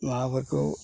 माबाफोरखौ